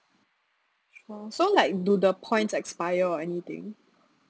for so like do the points expire or anything